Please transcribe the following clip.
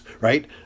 right